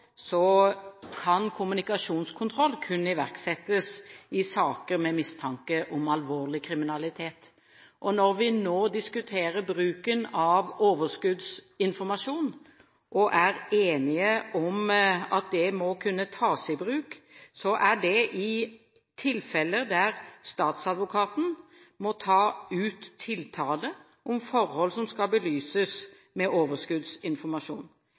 så iherdig i debatten. Det er nettopp disse debattene vi må ha rundt disse krevende spørsmålene. Vi må også ta den på saklig grunnlag, og som representanten Bøhler var inne på, kan kommunikasjonskontroll kun iverksettes i saker med mistanke om alvorlig kriminalitet. Når vi nå diskuterer bruken av overskuddsinformasjon – og er enige om at det må kunne tas